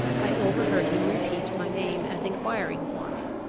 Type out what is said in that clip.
i overheard him repeat my name as enquiring for me.